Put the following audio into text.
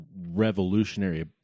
revolutionary